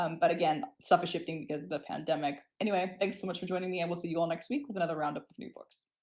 um but again, stuff is shifting because the pandemic. anyway thanks so much for joining me. i and will see you all next week with another round of new books.